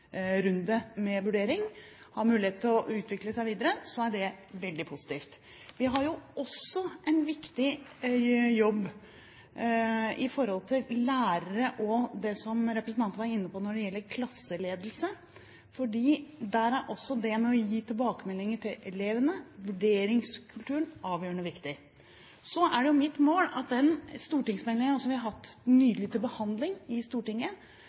runde med vurdering, har mulighet til å utvikle seg videre, er det veldig positivt. Vi har også en viktig jobb overfor lærere og det som representanten var inne på når det gjelder klasseledelse, fordi der er også det med å gi tilbakemeldinger til elevene, vurderingskulturen, avgjørende viktig. Så er det mitt mål at den stortingsmeldingen som vi nylig har hatt til behandling i Stortinget